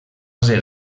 ser